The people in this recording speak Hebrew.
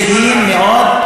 יש הישגים מאוד,